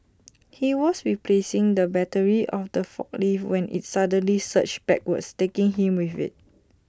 he was replacing the battery of the forklift when IT suddenly surged backwards taking him with IT